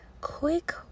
quick